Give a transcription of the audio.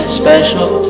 special